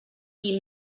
qui